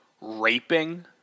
raping